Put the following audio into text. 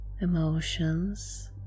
emotions